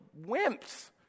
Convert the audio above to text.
wimps